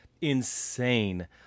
insane